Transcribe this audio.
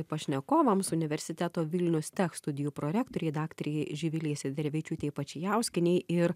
pašnekovams universiteto vilnius tech studijų prorektorei daktarei živilei sederevičiūtei pačijauskienei ir